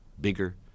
bigger